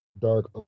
dark